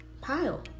pile